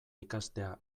ikastea